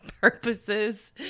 purposes